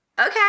okay